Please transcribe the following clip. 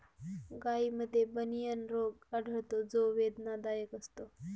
गायींमध्ये बनियन रोग आढळतो जो वेदनादायक असतो